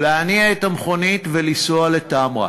להתניע את המכונית ולנסוע לתמרה,